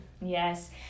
Yes